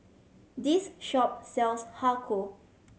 this shop sells Har Kow